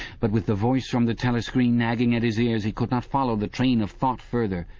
but with the voice from the telescreen nagging at his ears he could not follow the train of thought further.